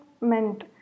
meant